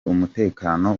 umutekano